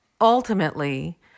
ultimately